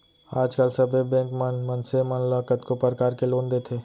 आज काल सबे बेंक मन मनसे मन ल कतको परकार के लोन देथे